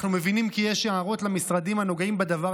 אנחנו מבינים כי יש הערות לנושא למשרדים הנוגעים בדבר,